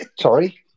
Sorry